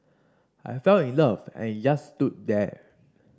I fell in love and he just stood there